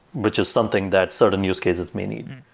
which is something that certain use cases may need.